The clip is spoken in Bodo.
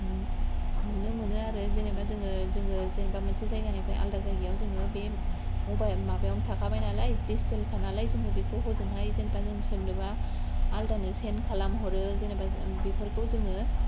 नु नुनो मोनो आरो जेनेबा जोङो जोङो जेनेबा मोनसे जायगानिफ्राय आलदा जायगाआव जोङो बे मबा माबायावनो थाखाबाय नालाय डिजिटेल खा नालाय जोङो बेखौ हजोंहाय जों सोरनोबा आलदानो सेन्ट खालाम हरो जेनेबा बेफोरखौ जोङो